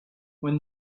when